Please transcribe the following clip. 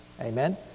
amen